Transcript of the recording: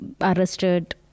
arrested